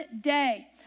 day